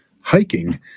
hiking